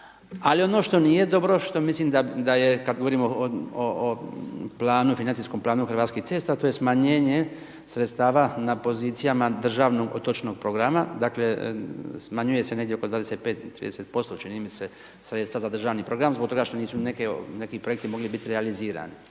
ali ono što nije dobro što mislim da je kad govorimo o planu financijskom planu Hrvatskih cesta a to je smanjenje sredstava na pozicijama državnog otočnog programa, dakle smanjuje se negdje oko 25-30% čini mi se sredstava za državni program zbog toga što nisu neke, neki projekti mogli biti realizirani,